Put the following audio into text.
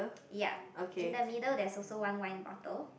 yup in the middle there's also one wine bottle